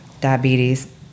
diabetes